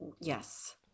yes